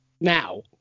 Now